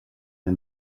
and